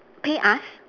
pay us